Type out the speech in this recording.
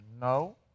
No